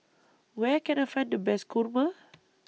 Where Can I Find The Best Kurma